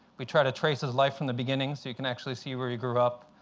we try to trace his life from the beginning so you can actually see where he grew up,